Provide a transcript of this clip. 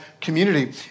community